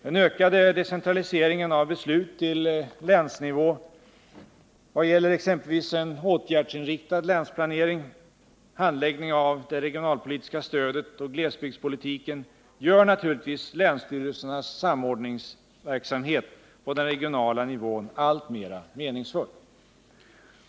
Den ökade decentraliseringen av beslut till länsnivå vad gäller exempelvis en åtgärdsinriktad länsplanering, handläggning av det regionalpolitiska stödet och glesbygdspolitiken gör naturligtvis länsstyrelsernas samordningsverksamhet på den regionala nivån alltmer meningsfull.